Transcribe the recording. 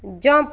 jump